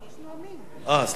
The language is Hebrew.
סליחה,